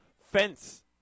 fence